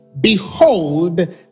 Behold